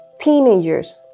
teenagers